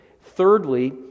Thirdly